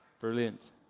Brilliant